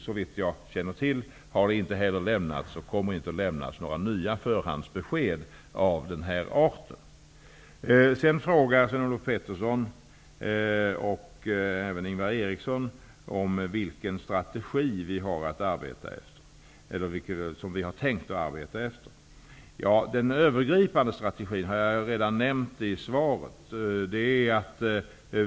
Såvitt jag känner till har det inte heller lämnats och kommer inte att lämnas några nya förhandsbesked av den här arten. Sven-Olof Petersson och Ingvar Eriksson frågar vilken strategi som vi har tänkt att arbeta efter. Ja, den övergripande strategin har jag redan nämnt i svaret.